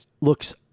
looks